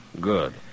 Good